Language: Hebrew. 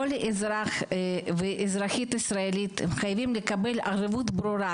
כל אזרח ואזרחית ישראלית חייבים לקבל ערבות ברורה